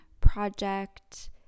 project